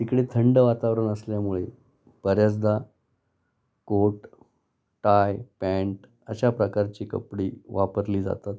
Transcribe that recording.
तिकडे थंड वातावरण असल्यामुळे बऱ्याचदा कोट टाय पँन्ट अशा प्रकारची कपडी वापरली जातात